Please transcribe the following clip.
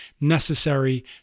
necessary